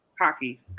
hockey